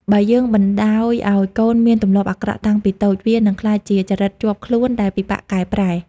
បើយើងបណ្ដោយឱ្យកូនមានទម្លាប់អាក្រក់តាំងពីតូច វានឹងក្លាយជាចរិតជាប់ខ្លួនដែលពិបាកកែប្រែ។